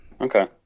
Okay